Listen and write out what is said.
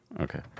Okay